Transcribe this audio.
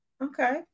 Okay